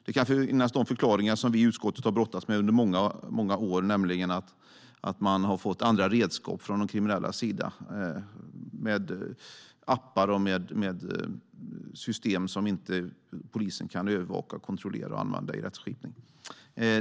Det kan vara de förklaringar som vi i utskottet har brottats med under många år, nämligen att de kriminella har fått andra redskap i och med appar och system som polisen inte kan övervaka och kontrollera och inte kan använda i rättskipningen.